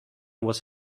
was